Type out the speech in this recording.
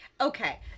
okay